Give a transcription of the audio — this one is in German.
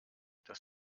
das